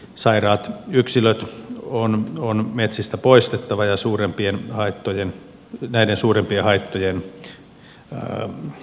sairaat yksilöt on metsistä poistettava näiden suurempien haittojen estämiseksi